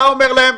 אתה אומר להם: